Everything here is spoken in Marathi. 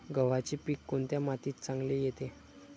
गव्हाचे पीक कोणत्या मातीत चांगले येते?